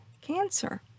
Cancer